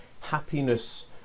Happiness